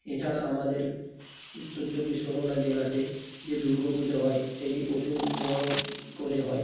এছাড়া আমাদের উত্তর চব্বিশ পরগনা জেলাতে যে দুর্গা পুজো হয় সেটি প্রচুর বড় করে হয়